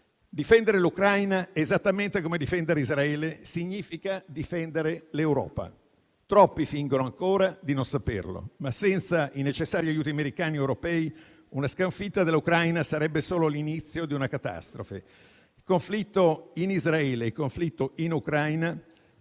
Difendere l'Ucraina, esattamente come difendere Israele, significa difendere l'Europa. Troppi fingono ancora di non saperlo, ma senza i necessari aiuti americani ed europei, una sconfitta dell'Ucraina sarebbe solo l'inizio di una catastrofe. Il conflitto in Israele e il conflitto in Ucraina,